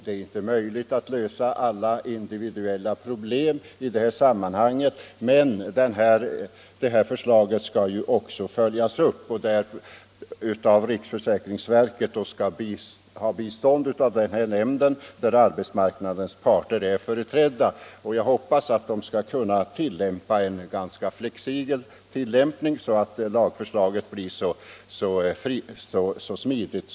Det är inte möjligt att lösa alla individuella problem i det här sammanhanget, men förslaget skall följas upp av riksförsäkringsverket, som skall biträdas av en nämnd där arbetsmarknadens parter är företrädda. Nämnden skall utfärda tillämpningsföreskrifter, och jag hoppas att dessa skall ges en sådan utformning som möjliggör en flexibel tillämpning, så att lagstiftningen blir så smidig som möjligt.